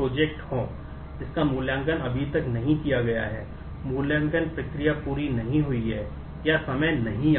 project हो जिसका मूल्यांकन अभी तक नहीं किया गया है मूल्यांकन प्रक्रिया पूरी नहीं हुई है या समय नहीं आया है